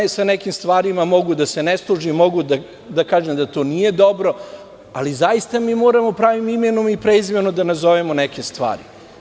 Zaista, ja sa nekim stvarima mogu da se ne složim, mogu da kažem da to nije dobro, ali mi moramo pravim imenom i prezimenom da nazovemo neke stvari.